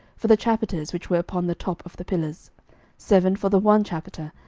for the chapiters which were upon the top of the pillars seven for the one chapiter,